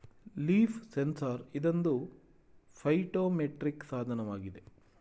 leaf sensor ಇದೊಂದು phytometric ಸಾಧನವಾಗಿದೆ